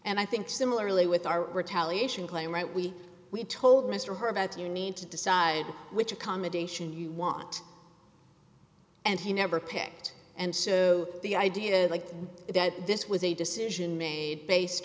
and i think similarly with our retaliation claim right we we told mr her about you need to decide which accommodation you want and he never picked and so the idea that that this was a decision made based